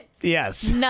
Yes